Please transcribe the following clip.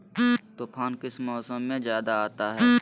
तूफ़ान किस मौसम में ज्यादा आता है?